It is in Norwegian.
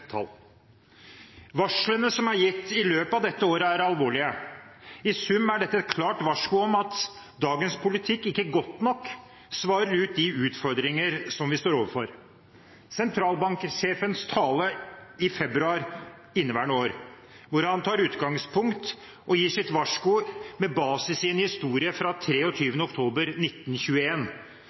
tall. Varslene som er gitt i løpet av dette året, er alvorlige. I sum er dette et klart varsko om at dagens politikk ikke godt nok svarer ut de utfordringer som vi står overfor. I sentralbanksjefens tale i februar i inneværende år tar han utgangspunkt og gir sitt varsko med basis i en historie fra 23. oktober